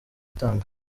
itanga